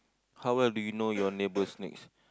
how well do you know your neighbors next